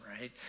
right